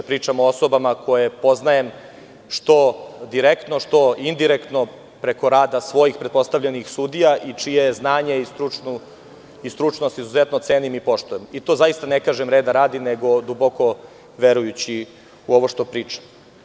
Pričam o osobama koje poznajem, što direktno, što indirektno, preko rada svojih pretpostavljenih sudija i čije znanje i stručnost izuzetno cenim i poštujem i to zaista ne kažem reda radi, nego duboko verujući u ovo što pričam.